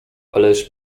ależ